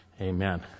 amen